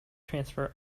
transfer